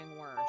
worse